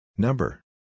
Number